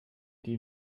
die